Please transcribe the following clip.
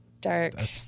dark